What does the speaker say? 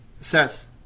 says